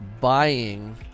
buying